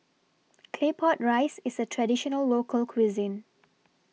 Claypot Rice IS A Traditional Local Cuisine